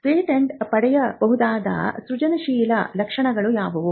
patent ಪಡೆಯಬಹುದಾದ ಸೃಜನಶೀಲ ಲಕ್ಷಣಗಳು ಯಾವುವು